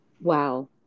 Wow